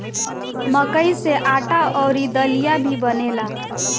मकई से आटा अउरी दलिया भी बनेला